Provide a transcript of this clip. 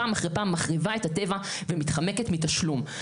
פעם אחרי פעם מחריבה את הטבע ומתחמקת מתשלום.